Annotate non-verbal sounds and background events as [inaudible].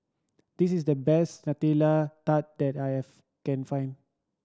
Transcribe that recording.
this is the best Nutella Tart that I [unintelligible] can find